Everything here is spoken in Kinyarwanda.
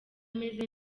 ameze